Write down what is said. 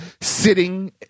sitting